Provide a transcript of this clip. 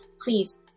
Please